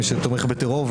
למי שתומך בטרור.